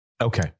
okay